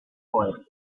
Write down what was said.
poets